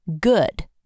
good